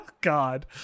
God